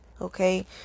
okay